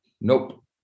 Nope